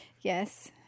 Yes